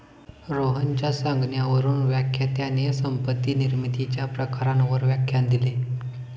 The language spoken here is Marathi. रोहनच्या सांगण्यावरून व्याख्यात्याने संपत्ती निर्मितीच्या प्रकारांवर व्याख्यान दिले